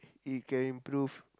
it can improve